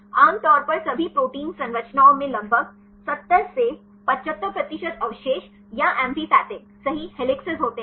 आमतौर पर सभी प्रोटीन संरचनाओं में लगभग 70 75 प्रतिशत अवशेष या एम्फीपैथिक सही हेलिसेस होते हैं